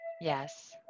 Yes